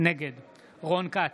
נגד רון כץ,